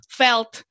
felt